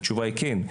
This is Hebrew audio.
התשובה היא כן.